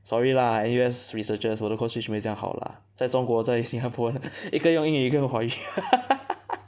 sorry lah N_U_S researchers 我的 code switch 没有这样好 lah 在中国在新加坡一个用英语一个用华语